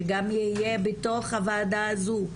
שגם יהיה בתוך הוועדה הזו,